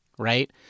Right